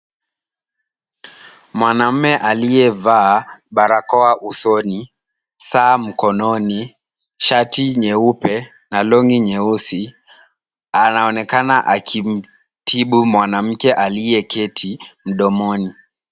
Mwanamume aliyevaa barakoa usoni , saa mkononi, shati nyeupe na long'i nyeusi anaonekana akimtibu mwanamke aliyeketi mdomoni.